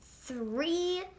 three